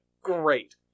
Great